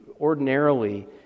ordinarily